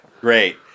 Great